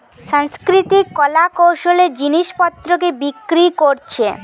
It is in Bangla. সাংস্কৃতিক কলা কৌশলের জিনিস পত্রকে বিক্রি কোরছে